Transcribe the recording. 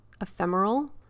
ephemeral